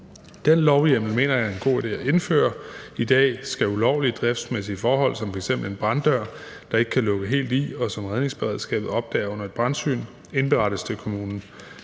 Den lovhjemmel mener jeg det er en god idé at indføre. I dag skal ulovlige driftsmæssige forhold som f.eks. en branddør, der ikke kan lukke helt i, og som redningsberedskabet opdager under et brandsyn, indberettes til kommunen.